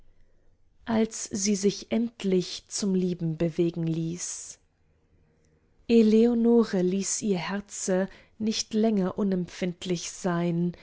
als sie sich endlich zum lieben bewegen ließ eleonore ließ ihr herze nicht länger unempfindlich sein